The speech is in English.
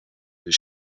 his